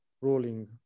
rolling